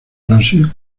brasil